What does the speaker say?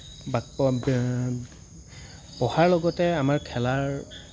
বাকী পঢ়াৰ লগতে আমাৰ খেলাৰ